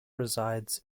resides